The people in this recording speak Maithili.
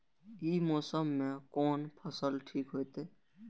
ई मौसम में कोन फसल ठीक होते?